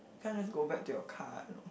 you can't just go back to your car you know